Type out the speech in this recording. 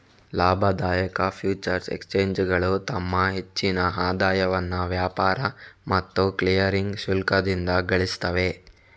ಲಾಭದಾಯಕ ಫ್ಯೂಚರ್ಸ್ ಎಕ್ಸ್ಚೇಂಜುಗಳು ತಮ್ಮ ಹೆಚ್ಚಿನ ಆದಾಯವನ್ನ ವ್ಯಾಪಾರ ಮತ್ತು ಕ್ಲಿಯರಿಂಗ್ ಶುಲ್ಕದಿಂದ ಗಳಿಸ್ತವೆ